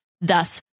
thus